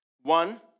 One